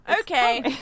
Okay